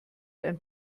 ein